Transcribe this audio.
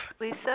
Lisa